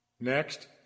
Next